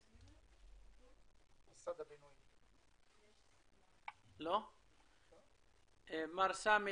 מר סמי